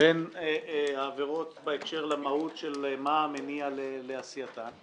בין העבירות בהקשר למהות של מה המניע לעשייתן.